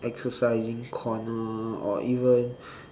exercising corner or even